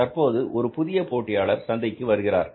தற்போது ஒரு புதிய போட்டியாளர் சந்தையில் வந்திருக்கிறார்